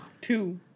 Two